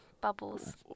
Bubbles